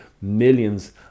millions